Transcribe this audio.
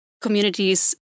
communities